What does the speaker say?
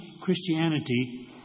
Christianity